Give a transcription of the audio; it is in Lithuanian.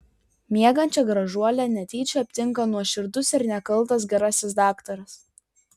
miegančią gražuolę netyčia aptinka nuoširdus ir nekaltas gerasis daktaras